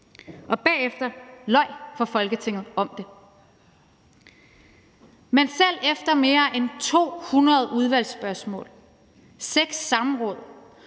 og bagefter løj for Folketinget om det. Men selv efter mere end 200 udvalgsspørgsmål, 6 samråd